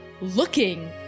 looking